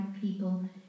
people